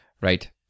right